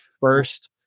first